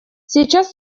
сейчас